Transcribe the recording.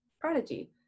prodigy